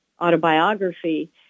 autobiography